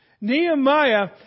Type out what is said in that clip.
Nehemiah